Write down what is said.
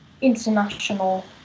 international